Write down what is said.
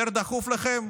יותר דחוף לכם